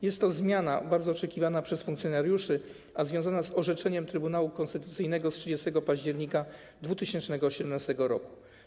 Jest to zmiana bardzo oczekiwana przez funkcjonariuszy, a związana z orzeczeniem Trybunału Konstytucyjnego z 30 października 2018 r.